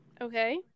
okay